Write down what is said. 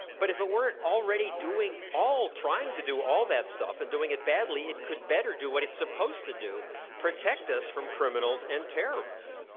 but if it weren't already doing all trying to do all that stuff and doing it badly, it could better do what it's supposed to, protect us from criminals and terrorists.